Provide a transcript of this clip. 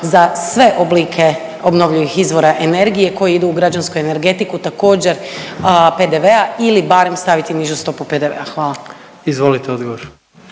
za sve oblike obnovljivih izvora energije koji idu u građansku energetiku također PDV-a ili barem staviti nižu stopu PDV-a? Hvala. **Jandroković,